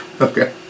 Okay